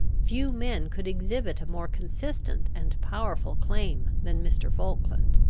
few men could exhibit a more consistent and powerful claim than mr. falkland.